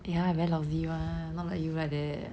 ya I very lousy one not like you like that